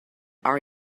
are